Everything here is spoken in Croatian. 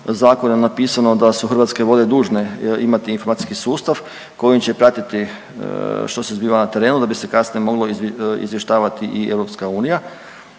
zakona napisano da su Hrvatske vode dužne imati informacijski sustav kojim će pratiti što se zbiva na terenu da bi se kasnije moglo izvještavati i EU.